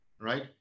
right